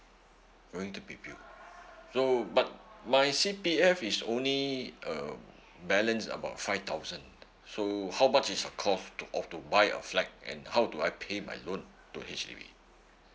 going to be built so but my C_P_F is only a balance about five thousand so how much is a cost of to buy a flat and how do I pay by loan to H_D_B